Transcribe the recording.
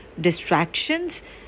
distractions